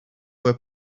were